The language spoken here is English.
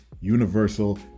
universal